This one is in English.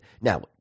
Now